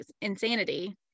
insanity